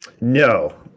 No